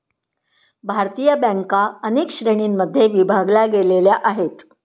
भारतीय बँका अनेक श्रेणींमध्ये विभागल्या गेलेल्या आहेत